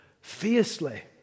fiercely